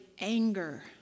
anger